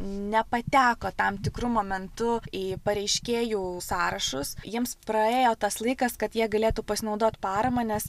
nepateko tam tikru momentu į pareiškėjų sąrašus jiems praėjo tas laikas kad jie galėtų pasinaudot parama nes